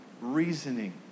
reasoning